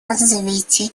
развития